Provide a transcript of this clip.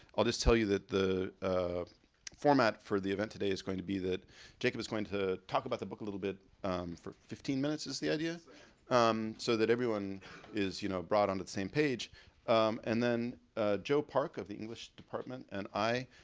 i'll just tell you that the ah format for the event today is going to be that jacob jacob is going to talk about the book a little bit for fifteen minutes is the idea um so that everyone is you know brought onto the same page and then joe park of the english department and i,